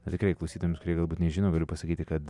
na tikrai klausytojams kurie galbūt nežino galiu pasakyti kad